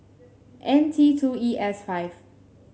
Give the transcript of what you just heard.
N T two E S five